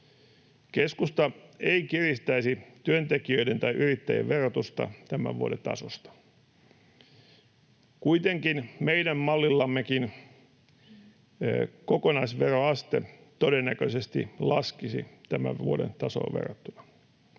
Keskusta ei kiristäisi työntekijöiden tai yrittäjien verotusta tämän vuoden tasosta. Kuitenkin meidänkin mallillamme kokonaisveroaste todennäköisesti laskisi tämän vuoden tasoon verrattuna.